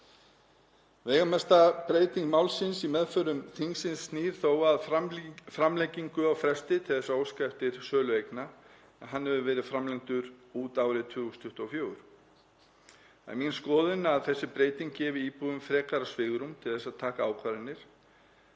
Veigamesta breyting málsins í meðförum þingsins snýr þó að framlengingu á fresti til að óska eftir sölu eigna en hann hefur verið framlengdur út árið 2024. Það er mín skoðun að þessi breyting gefi íbúum frekara svigrúm til að taka ákvarðanir